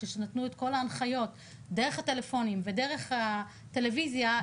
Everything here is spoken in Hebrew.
כשנתנו את כל ההנחיות דרך הטלפונים ודרך הטלוויזיה,